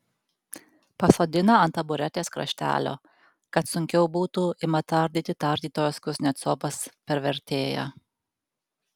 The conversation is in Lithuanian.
pasodina ant taburetės kraštelio kad sunkiau būtų ima tardyti tardytojas kuznecovas per vertėją